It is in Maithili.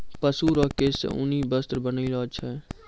पशु रो केश से ऊनी वस्त्र बनैलो छै